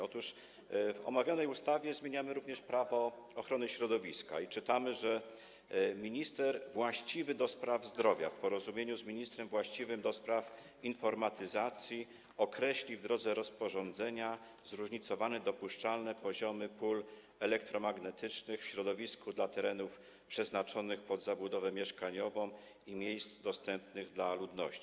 Otóż w omawianej ustawie zmieniamy również Prawo ochrony środowiska i czytamy, że minister właściwy do spraw zdrowia, w porozumieniu z ministrem właściwym do spraw informatyzacji, określi, w drodze rozporządzenia, zróżnicowane dopuszczalne poziomy pól elektromagnetycznych w środowisku dla terenów przeznaczonych pod zabudowę mieszkaniową i miejsc dostępnych dla ludności.